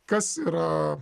kas yra